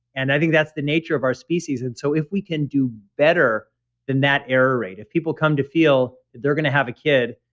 and i think that's the nature of our species, and so if we can do better than that error rate, if people come to feel that they're going to have a kid,